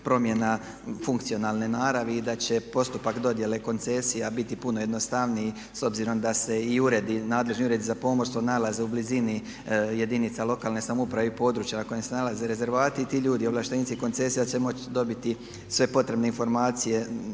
promjena funkcionalne naravi i da će postupak dodjele koncesija biti puno jednostavniji s obzirom da se uredi, nadležni uredi za pomorstvo nalaze u blizini jedinica lokalne samouprave i područja na kojima se nalaze rezervati. I ti ljudi, ovlaštenici koncesija će moći dobiti sve potrebne informacije